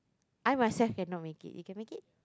I myself cannot make it you can make it